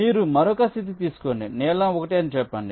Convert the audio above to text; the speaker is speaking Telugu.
మీరు మరొక స్థితి తీసుకోండి నీలం 1 అని చెప్పండి